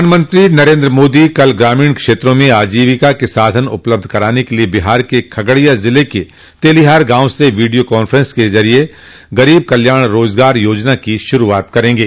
प्रधानमंत्री नरेन्द्र मोदी कल ग्रामीण क्षेत्रो में आजीविका के साधन उपलब्ध कराने के लिए बिहार क खगडिया जिले के तेलीहार गांव से वीडियो कांफ्रेंस के जरिए गरीब कल्याण रोजगार योजना की शुरूआत करेंगे